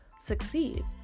succeed